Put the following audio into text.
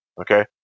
Okay